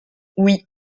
oui